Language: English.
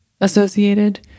associated